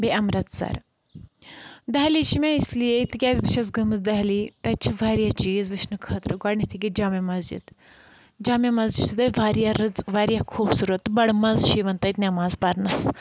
بیٚیہِ امرَتسَر دہلی چھِ مےٚ اِسلیے تِکیازِ بہٕ چھَس گٔمٕژ دہلی تَتہِ چھِ واریاہ چیٖز وٕچھنہٕ خٲطرٕ گۄڈنؠتھےٕ گیٚیہِ جَامعہ مَسجِد جَامعہ مَسجِد چھِ تَتہِ واریاہ رٕژ واریاہ خوٗبصوٗرت بَڑٕ مَزٕ چھِ یِوان تَتہِ نؠماز پَرنَس